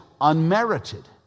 unmerited